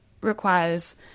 requires